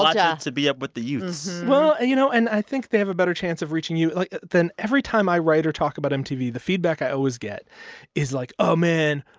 ah yeah to be up with the youths well, and you know and i think they have a better chance of reaching like than every time i write or talk about mtv, the feedback i always get is, like, oh, man,